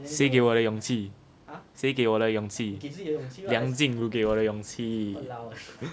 谁给我的勇气谁给我的勇气梁静茹给我的勇气